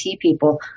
people